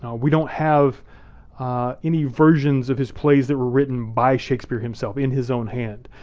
yeah we don't have any versions of his plays that were written by shakespeare himself in his own hand.